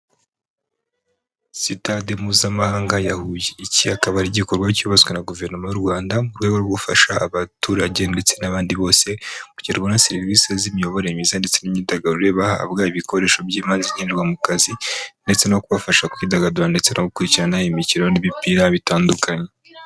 Sitade mpuzamahanga ya Huye. Iki akaba ari igikorwa cyubatswe na guverinoma y'u Rwanda, mu rwego rwo gufasha abaturage ndetse n'abandi bose kugerwaho na serivisi z'imiyoborere myiza, ndetse n'imyidagaduro, bahabwa ibikoresho by'ibanze nkenerwa mu kazi, ndetse no kubafasha kwidagadura ndetse no gukurikirana imikino n'imipira bitandukanye.